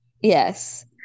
yes